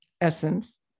essence